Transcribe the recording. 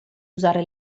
usare